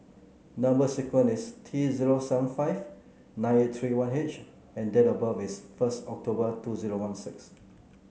number sequence is T zero seven five nine eight three one H and date of birth is first October two zero one six